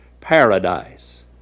paradise